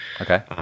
Okay